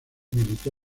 militó